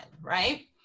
right